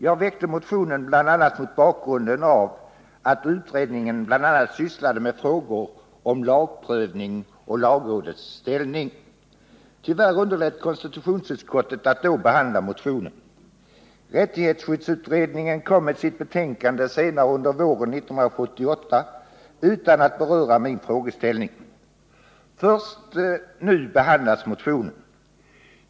Jag väckte motionen bl.a. mot bakgrund av att utredningen bl.a. sysslade med frågor om lagprövning och lagrådets ställning. Tyvärr underlät konstitutionsutskottet att då behandla motionen. Rättighetsskyddsutredningen kom med sitt betänkande senare under våren 1978 utan att beröra min frågeställning. Först nu behandlas motionen.